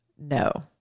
No